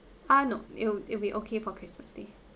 ah no it will it'll be okay for christmas day